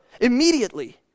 immediately